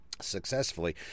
successfully